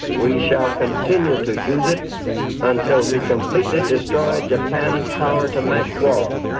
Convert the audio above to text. we shall continue to use it until we completely destroy japan's power to make war.